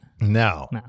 No